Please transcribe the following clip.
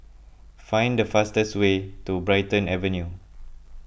find the fastest way to Brighton Avenue